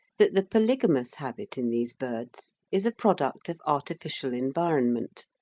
that the polygamous habit in these birds is a product of artificial environment